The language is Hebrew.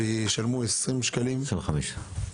שישלמו שם 25 שקלים היום,